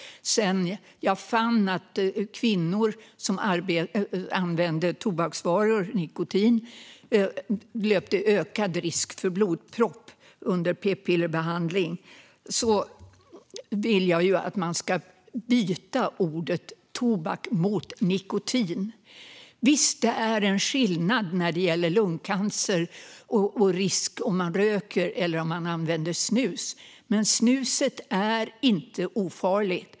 Sedan jag fann att kvinnor som använde tobaksvaror, nikotin, löpte ökad risk för blodpropp under p-pillerbehandling har jag velat att man ska byta ordet "tobak" mot ordet "nikotin". Visst, det är en skillnad när det gäller lungcancer och risk om man röker eller använder snus. Men snuset är inte ofarligt.